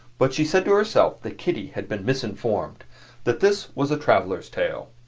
but she said to herself that kitty had been misinformed that this was a traveler's tale.